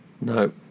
No